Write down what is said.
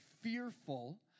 fearful